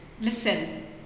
listen